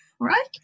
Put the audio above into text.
right